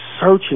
searching